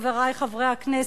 חברי חברי הכנסת,